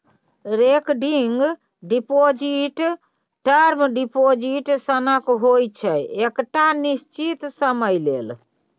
recurring deposit term deposit सनक होइ छै एकटा निश्चित समय लेल